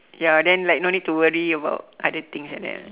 ya then like no need to worry about other things like that